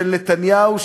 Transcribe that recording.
של נתניהו,